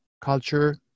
culture